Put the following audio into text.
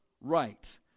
right